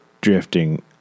drifting